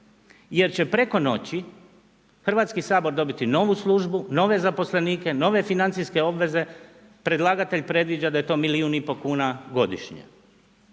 jer će preko noći Hrvatski sabor dobiti novu službu, nove zaposlenike, nove financijske obveze, predlagatelj predviđa da je to milijun i pol kuna godišnje.